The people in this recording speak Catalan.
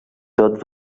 tot